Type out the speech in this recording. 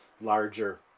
larger